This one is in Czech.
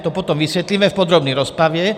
To potom vysvětlíme v podrobné rozpravě.